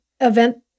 event